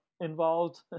involved